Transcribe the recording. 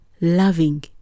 loving